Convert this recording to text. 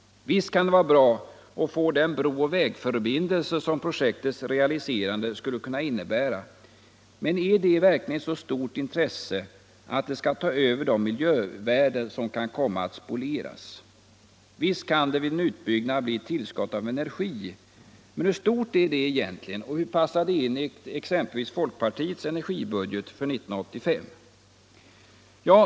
Visst kan det vara bra att få den brooch vägförbindelse som projektets realiserande skulle kunna innebära, men är detta verkligen ett så stort intresse att det skall kunna uppväga de miljövärden som kan komma att spolieras? Visst kan det vid en utbyggnad bli ett tillskott av energi, men hur stort är detta egentligen och hur passar det in i t.ex. folkpartiets energibudget för 1985?